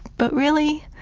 but really?